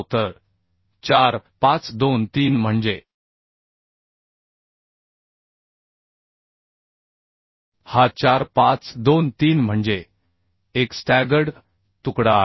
तर 4 5 2 3 म्हणजे हा 4 5 2 3 म्हणजे एक स्टॅगर्ड तुकडा आहे